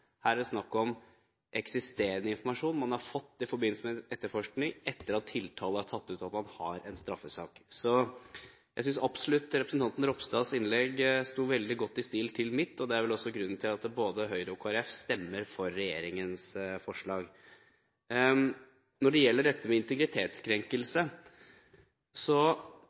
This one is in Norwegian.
Her er det snakk om eksisterende informasjon man har fått i forbindelse med etterforskning, etter at tiltale er tatt ut og man har en straffesak. Jeg synes absolutt representanten Ropstads innlegg sto veldig godt i stil med mitt, og det er vel også grunnen til at både Høyre og Kristelig Folkeparti stemmer for regjeringens forslag. Når det gjelder dette med integritetskrenkelse,